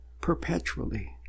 perpetually